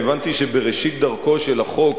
אני הבנתי שבראשית דרכו של החוק,